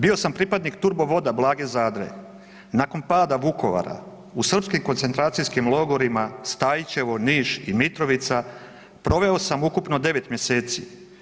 Bio sam pripadnik Turbo voda Blage Zadre, nakon pada Vukovara u srpskim koncentracijskim logorima Stajićevo, Niš i Mitrovica proveo sam ukupno devet mjeseci.